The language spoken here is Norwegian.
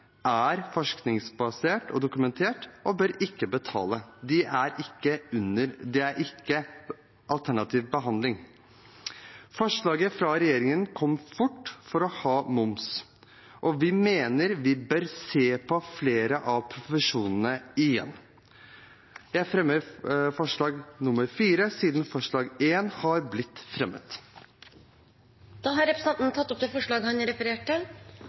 er forskningsbasert og dokumentert og bør ikke betale. Det er ikke alternativ behandling. Forslaget fra regjeringen om moms kom fort, og vi mener vi bør se på flere av profesjonene igjen. Representanten Nicholas Wilkinson har tatt opp det forslaget han refererte til. Jeg er enig i mye av det